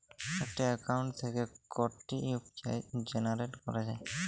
একটি অ্যাকাউন্ট থেকে কটি ইউ.পি.আই জেনারেট করা যায়?